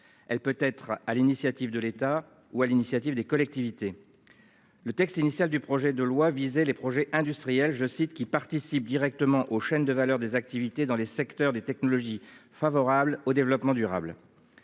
Elle peut être à l'initiative de l'État ou à l'initiative des collectivités. Le texte initial du projet de loi visait les projets industriels je cite qui participent directement aux chaînes de valeur des activités dans les secteurs des technologies favorables au développement durable.